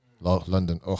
London